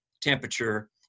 temperature